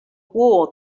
war